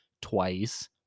twice